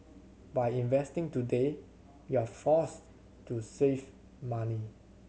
by investing today you're forced to save money